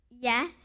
Yes